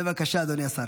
בבקשה, אדוני השר.